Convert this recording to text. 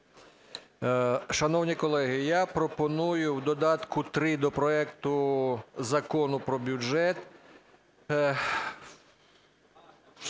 Шановні колеги, я пропоную в додатку 3 до проекту Закону про бюджет